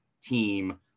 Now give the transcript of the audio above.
team